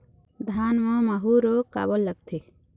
धान म माहू रोग काबर लगथे?